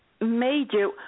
major